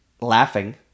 laughing